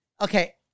Okay